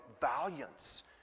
valiance